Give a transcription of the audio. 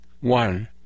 one